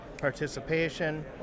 participation